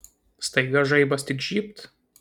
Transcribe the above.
staiga žaibas tik žybt